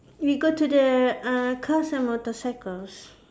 we go to the uh cars and motorcycles